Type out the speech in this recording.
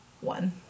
One